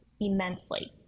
immensely